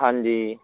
ਹਾਂਜੀ